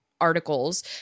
articles